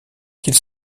qu’ils